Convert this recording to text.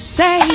say